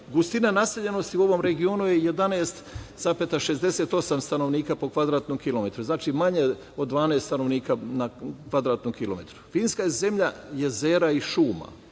Gustina naseljenosti u ovom regionu je 11,68 stanovnika po kvadratnom kilometru. Znači, manje od 12 stanovnika na kvadratnom kilometru. Finska je zemlja jezera i šuma.